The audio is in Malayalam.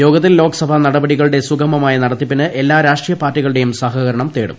യോഗത്തിൽ ലോകസഭാ നടപടികളുടെ സുഗമമായ നടത്തിപ്പിന് എല്ലാ രാഷ്ട്രീയ പാർട്ടികളുടെയും സഹകരണം തേടും